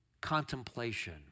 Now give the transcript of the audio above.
contemplation